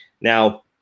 Now